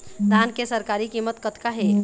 धान के सरकारी कीमत कतका हे?